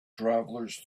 travelers